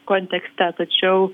kontekste tačiau